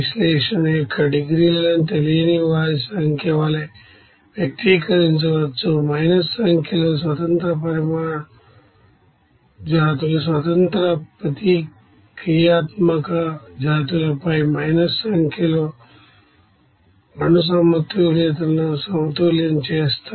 ఇప్పుడు పరమాణు సమతుల్యత విషయంలో డిగ్రీస్ అఫ్ ఫ్రీడమ్ ఎనాలిసిస్ తెలియని వారి సంఖ్య వలె వ్యక్తీకరించవచ్చు మైనస్ సంఖ్యలో independent atomic species non reactive species minus సంఖ్యలో మొలిక్యూలర్ బాలన్సుస్ సమతుల్యం చేస్తాయి